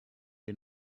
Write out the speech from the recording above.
you